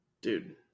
Dude